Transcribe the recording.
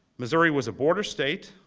missouri was a border state.